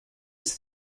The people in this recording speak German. ist